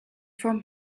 from